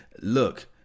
Look